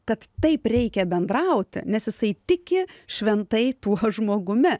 kad taip reikia bendrauti nes jisai tiki šventai tuo žmogumi